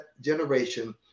generation